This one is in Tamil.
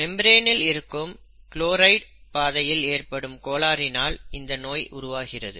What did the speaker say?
மெம்பரேன்களில் இருக்கும் குளோரைட் பாதையில் ஏற்படும் கோளாறினால் இந்த நோய் உருவாகிறது